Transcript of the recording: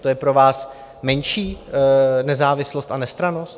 To je pro vás menší nezávislost a nestrannost?